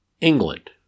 England